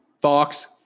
fox